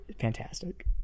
fantastic